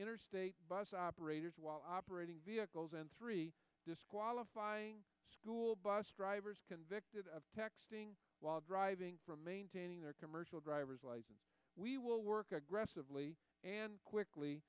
interstate bus operators while operating vehicles and three disqualify school bus drivers convicted of texting while driving for maintaining their commercial driver's license we will work aggressively and quickly